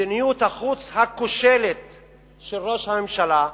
מדיניות החוץ הכושלת של ראש הממשלה.